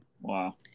wow